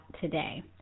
today